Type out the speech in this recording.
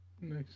Nice